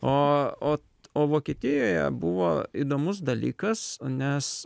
o o o vokietijoje buvo įdomus dalykas nes